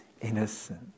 innocent